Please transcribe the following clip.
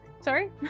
Sorry